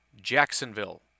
Jacksonville